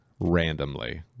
randomly